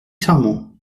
charmant